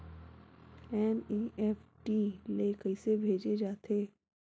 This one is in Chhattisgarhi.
एन.ई.एफ.टी ले कइसे भेजे जाथे?